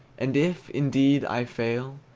and if, indeed, i fail,